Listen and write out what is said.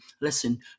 Listen